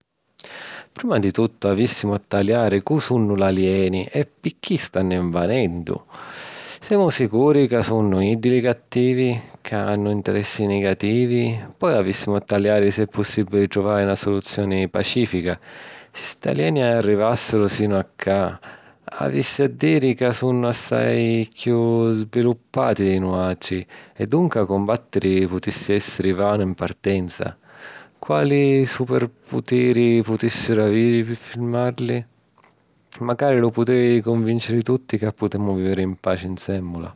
Prima di tuttu avìssimu a taliari cu' sunnu l’alieni e picchì stannu invadennu. Semu sicuri ca sunnu iddi li ‘cattivi’? Ca hannu interessi nigativi? Poi avìssimu a taliari si è pussìbili truvari na suluzioni pacìfica. Si sti alieni arrivàssiru sinu a ca, avissi a diri ca sunnu assai chiù sbiluppati di nuàutri e dunca cumbàttiri putissi èssiri vanu ‘n partenza. Quali superputiri putìssiru aviri pi firmàrili? Macari lu putiri di cunvinciri tutti ca putemu vìviri ‘n paci nsèmmula.